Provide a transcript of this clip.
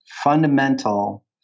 Fundamental